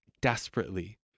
desperately